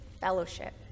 fellowship